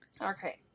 Okay